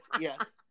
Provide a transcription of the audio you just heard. yes